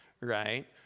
right